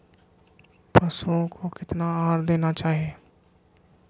पशुओं को कितना आहार देना चाहि?